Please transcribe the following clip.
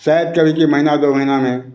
शायद कभी के महीना दो महीना में